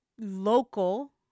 local